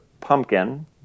pumpkin